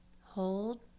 hold